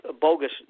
bogus